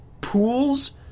pools